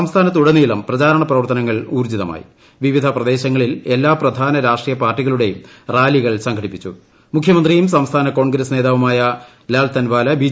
സംസ്ഥാനത്തുടനീളം പ്രചാരണ പ്രവർത്തനങ്ങൾ വിവിധ പ്രദേശങ്ങളിൽ എല്ലാ പ്രശ്യാന രാഷ്ട്രീയ പാർട്ടികളുടേയും റാലികൾ സംഘടിപ്പിച്ചും മൂഖ്യമന്ത്രിയും സംസ്ഥാന കോൺഗ്രസ് നേതാവുമായ ലാൽത്ൻവാ്ല ബി